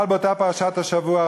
אבל באותה פרשת השבוע,